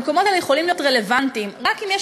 המקומות האלה יכולים להיות רלוונטיים רק אם יש